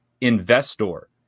investor